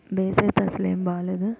base అయితే అసలు ఏం బాగలేదు